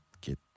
get